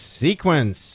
sequence